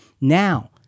Now